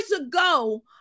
ago